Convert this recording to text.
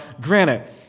granted